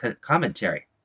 commentary